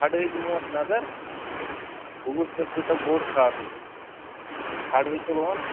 کھڑہٕے دِموس نظر بہٕ وُچھ ژےٚ کوٗتاہ بوٚڈ خاتہٕ چھُ کھڑہٕے تُلون